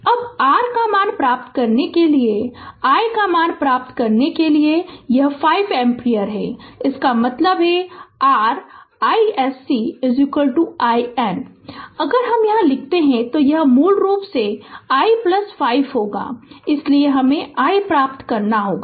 अब r का मान प्राप्त करने के लिए i का मान i का मान प्राप्त करने के लिए यह 5 एम्पीयर है इसका मतलब है r iSC IN अगर हम यहां से लिखते है तो यह मूल रूप से i5 होगा इसलिए हमे i प्राप्त करना होगा